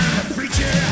preacher